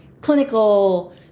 clinical